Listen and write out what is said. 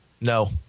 No